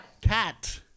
Cat